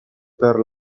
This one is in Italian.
père